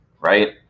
Right